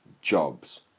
jobs